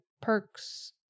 perks